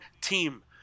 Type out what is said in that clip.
team